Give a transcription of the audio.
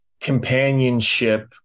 companionship